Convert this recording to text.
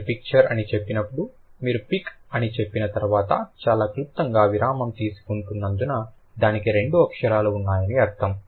మీరు పిక్చర్ అని చెప్పినప్పుడు మీరు పిక్ అని చెప్పిన తర్వాత చాలా క్లుప్తంగా విరామం తీసుకుంటున్నందున దానికి రెండు అక్షరాలు ఉన్నాయని అర్థం